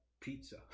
pizza